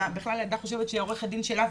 שהילדה חושבת בכלל שהיא עורכת הדין שלה